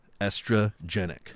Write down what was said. estrogenic